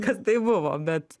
kas tai buvo bet